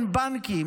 אין בנקים,